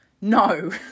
no